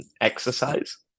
exercise